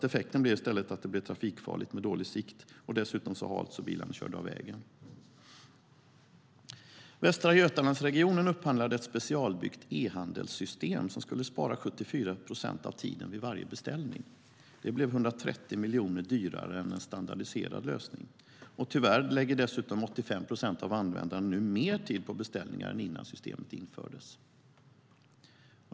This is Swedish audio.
Effekten blev i stället att det blev trafikfarligt med dålig sikt och dessutom så halt att bilarna körde av vägen. Västra Götalandsregionen upphandlade ett specialbyggt e-handelssystem, som skulle spara 74 procent av tiden vid varje beställning. Det blev 130 miljoner dyrare än en standardiserad lösning. Tyvärr lägger 85 procent av användarna nu mer tid på beställningar än innan systemet infördes.